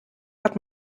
hat